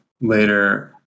later